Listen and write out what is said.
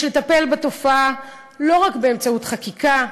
יש לטפל בתופעה לא רק באמצעות חקיקה,